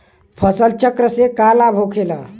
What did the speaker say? फसल चक्र से का लाभ होखेला?